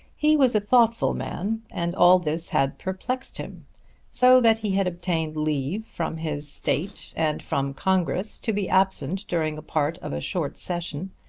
he was a thoughtful man and all this had perplexed him so that he had obtained leave from his state and from congress to be absent during a part of a short session,